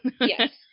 Yes